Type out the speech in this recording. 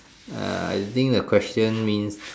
uh I don't think the question means